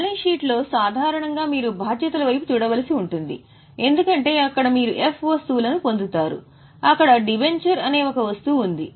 balance sheet లో సాధారణంగా మీరు బాధ్యతల వైపు చూడవలసి ఉంటుంది ఎందుకంటే అక్కడ మీరు ఎఫ్ వస్తువులను పొందుతారు అక్కడ డిబెంచర్ అనే ఒకే వస్తువు ఉంది